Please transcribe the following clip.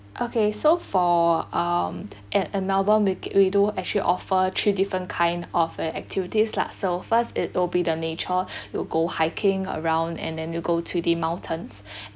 okay so for um at uh melbourne we ca~ we do actually offer three different kind of uh activities lah so first it'll be the nature you'll go hiking around and then you go to the mountains